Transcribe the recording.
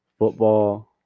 football